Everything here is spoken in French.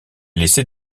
laissé